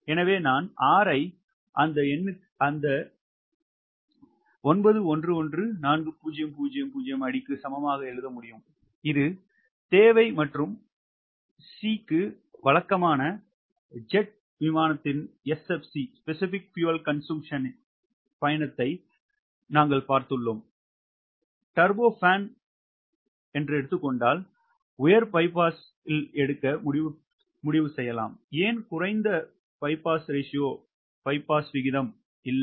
எனவே நான் R ஐ 9114000 அடிக்கு சமமாக எழுத முடியும் இது தேவை மற்றும் சி வழக்கமான ஜெட் எஸ் எஃப் சி பயணத்தை நாங்கள் பார்த்துள்ளோம் டர்போ பான் உயர் பை பாஸில் எடுக்க முடிவு செய்துள்ளோம் ஏன் குறைந்த பாஸ் விகிதம் இல்லை